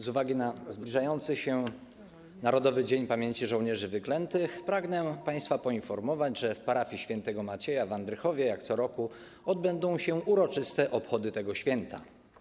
Z uwagi na zbliżający się Narodowy Dzień Pamięci ˝Żołnierzy Wyklętych˝ pragnę państwa poinformować, że w parafii św. Macieja w Andrychowie jak co roku odbędą się uroczyste obchody tego święta.